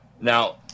Now